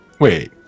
Wait